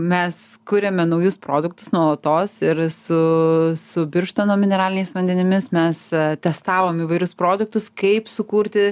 mes kuriame naujus produktus nuolatos ir su su birštono mineraliniais vandenimis mes testavom įvairius produktus kaip sukurti